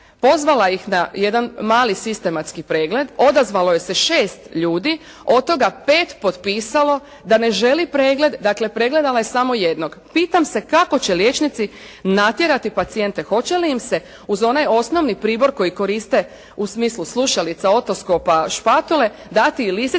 pozvala ih na jedan mali sistematski pregled, odazvalo se 6 ljudi, od toga 5 potpisalo da ne želi pregled, dakle, pregledala je samo jednog. Pitam se kako će liječnici natjerati pacijente, hoće li im se uz onaj osnovni pribor koji koriste u smislu slušalicu, otoskopa, špatule dati i lisice